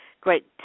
great